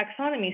taxonomy